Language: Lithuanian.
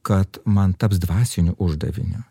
kad man taps dvasiniu uždaviniu